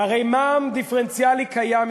הרי מע"מ דיפרנציאלי קיים,